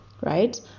right